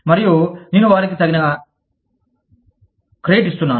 మరియు నేను వారికి దానికి తగిన క్రెడిట్ ఇస్తున్నాను